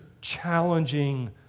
challenging